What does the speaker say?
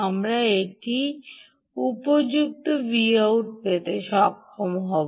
আমরা একটি উপযুক্ত Vout পেতে সক্ষম হব